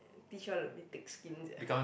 teach you how to be thick skin sia